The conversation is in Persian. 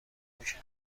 بکشن